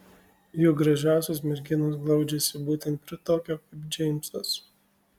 juk gražiausios merginos glaudžiasi būtent prie tokio kaip džeimsas